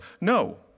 No